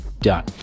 Done